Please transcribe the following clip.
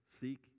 seek